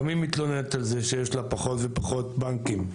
גם היא מתלוננת על זה שיש לה פחות ופחות בנקים.